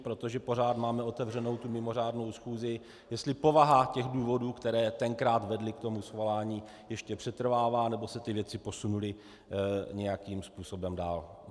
Protože pořád máme otevřenou tu mimořádnou schůzi, jestli povaha těch důvodů, které tenkrát vedly k tomu svolání, ještě přetrvává, nebo se věci posunuly nějakým způsobem dál.